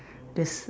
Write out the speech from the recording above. that's